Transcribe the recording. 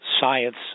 science